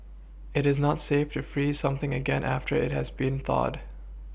it is not safe to freeze something again after it has been thawed